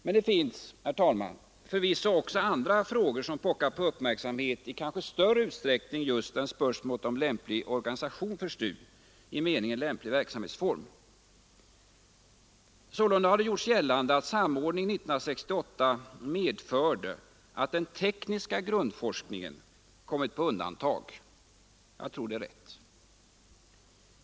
Men det finns, herr talman, förvisso också andra frågor som pockar på uppmärksamhet i kanske större utsträckning än spörsmålet om lämplig organisation för STU, i meningen lämplig verksamhetsform. Sålunda har det gjorts gällande att samordningen 1968 har medfört att den tekniska grundforskningen har kommit på undantag. Jag tror att det är rätt.